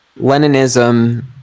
Leninism